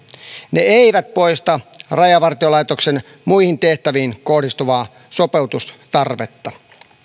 ne eivät poista rajavartiolaitoksen muihin tehtäviin kohdistuvaa sopeutustarvetta